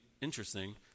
interesting